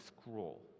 scroll